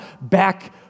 back